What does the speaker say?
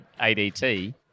ADT